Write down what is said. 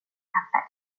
kaffe